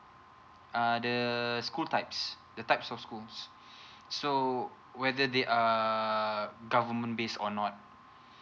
ah the school types the types of schools so whether they are government based or not